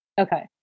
Okay